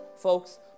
folks